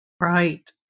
Right